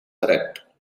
correct